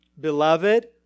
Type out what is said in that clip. Beloved